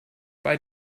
bei